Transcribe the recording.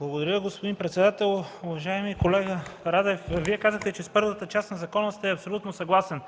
Благодаря, господин председател. Уважаеми колега Радев, Вие казахте, че с първата част на закона сте абсолютно съгласен.